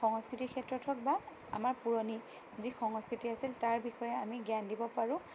সংস্কৃতিৰ ক্ষেত্ৰত হওঁক বা আমাৰ পুৰণি যি সংস্কৃতি আছিল তাৰ বিষয়ে আমি জ্ঞান দিব পাৰোঁ